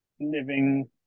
living